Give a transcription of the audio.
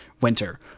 winter